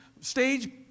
stage